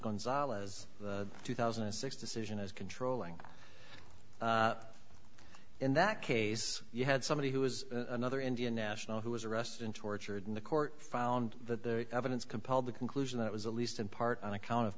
gonzalez two thousand and six decision is controlling in that case you had somebody who was another indian national who was arrested and tortured in the court found that the evidence compiled the conclusion that was at least in part on account of